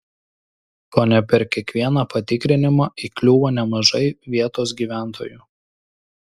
kone per kiekvieną patikrinimą įkliūva nemažai vietos gyventojų